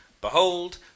behold